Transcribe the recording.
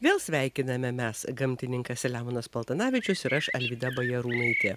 vėl sveikiname mes gamtininkas selemonas paltanavičius ir aš alvyda bajarūnaitė